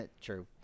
true